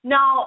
Now